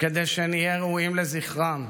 כדי שנהיה ראויים לזכרם,